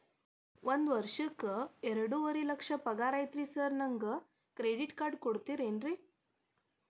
ಒಂದ್ ವರ್ಷಕ್ಕ ಎರಡುವರಿ ಲಕ್ಷ ಪಗಾರ ಐತ್ರಿ ಸಾರ್ ನನ್ಗ ಕ್ರೆಡಿಟ್ ಕಾರ್ಡ್ ಕೊಡ್ತೇರೆನ್ರಿ?